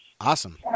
Awesome